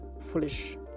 foolish